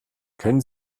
können